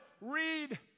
read